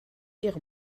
ihre